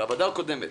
בוועדה הקודמת